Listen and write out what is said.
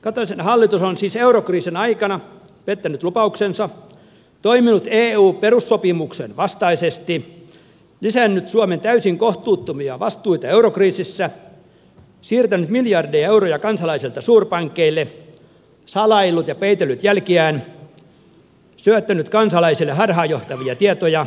kataisen hallitus on siis eurokriisin aikana pettänyt lupauksensa toiminut eu perussopimuksen vastaisesti lisännyt suomen täysin kohtuuttomia vastuita eurokriisissä siirtänyt miljardeja euroja kansalaisilta suurpankeille salaillut ja peitellyt jälkiään syöttänyt kansalaisille harhaanjohtavia tietoja